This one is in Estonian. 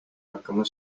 hakkama